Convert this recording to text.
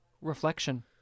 Reflection